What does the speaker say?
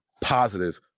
positive